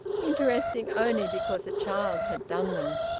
interesting only because a child had done them.